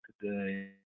today